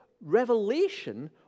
revelation